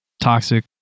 Toxic